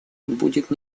будет